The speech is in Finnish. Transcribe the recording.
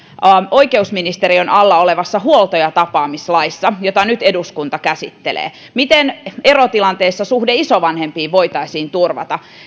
oikeusministeriön alla olevassa huolto ja tapaamislaissa jota nyt eduskunta käsittelee miten erotilanteissa suhde isovanhempiin voitaisiin turvata